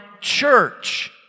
church